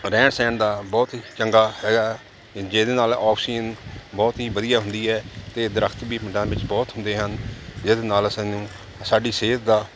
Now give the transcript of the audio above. ਰਹਿਣ ਸਹਿਣ ਦਾ ਬਹੁਤ ਹੀ ਚੰਗਾ ਹੈਗਾ ਜਿਹਦੇ ਨਾਲ ਆਕਸੀਜਨ ਬਹੁਤ ਹੀ ਵਧੀਆ ਹੁੰਦੀ ਹੈ ਅਤੇ ਦਰਖਤ ਵੀ ਪਿੰਡਾਂ ਵਿੱਚ ਬਹੁਤ ਹੁੰਦੇ ਹਨ ਜਿਹਦੇ ਨਾਲ ਸਾਨੂੰ ਸਾਡੀ ਸਿਹਤ ਦਾ